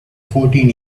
fourteen